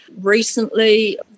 Recently